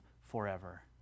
forever